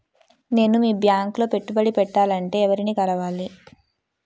నేను మీ బ్యాంక్ లో పెట్టుబడి పెట్టాలంటే ఎవరిని కలవాలి?